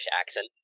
accent